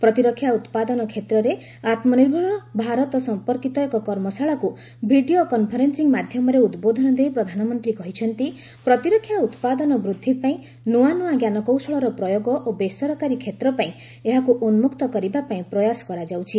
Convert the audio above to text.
ପ୍ରତିରକ୍ଷା ଉତ୍ପାଦନ କ୍ଷେତ୍ରରେ ଆତ୍ମନିର୍ଭର ଭାରତ ସଂପର୍କିତ ଏକ କର୍ମଶାଳାକୁ ଭିଡ଼ିଓ କନ୍ଫରେନ୍ସିଂ ମାଧ୍ୟମରେ ଉଦ୍ବୋଧନ ଦେଇ ପ୍ରଧାନମନ୍ତ୍ରୀ କହିଛନ୍ତି ପ୍ରତିରକ୍ଷା ଉତ୍ପାଦନ ବୃଦ୍ଧି ପାଇଁ ନୂଆ ନୂଆ ଜ୍ଞାନକୌଶଳର ପ୍ରୟୋଗ ଓ ବେସରକାରୀ କ୍ଷେତ୍ର ପାଇଁ ଏହାକୁ ଉନ୍କକ୍ତ କରିବାପାଇଁ ପ୍ରୟାସ କରାଯାଉଛି